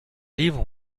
livres